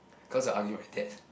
cause I argue with my dad